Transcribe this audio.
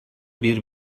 bir